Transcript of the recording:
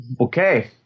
Okay